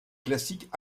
classiques